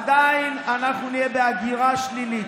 עדיין אנחנו נהיה בהגירה שלילית,